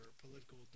political